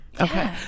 Okay